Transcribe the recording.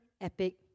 epic